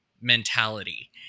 mentality